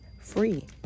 free